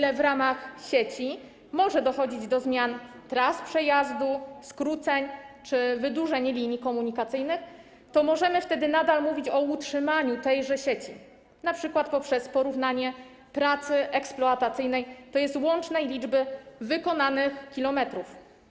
Jeśli w ramach sieci może dochodzić do zmian tras przejazdu, skróceń czy wydłużeń linii komunikacyjnych, to możemy wtedy nadal mówić o utrzymaniu tejże sieci, np. poprzez porównanie pracy eksploatacyjnej, tj. łącznej liczby wykonanych kilometrów.